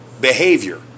behavior